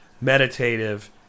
meditative